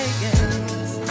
yes